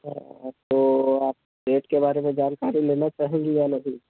अच्छा तो आप रेट के बारे में जानकारी लेना चाहेंगी या नहीं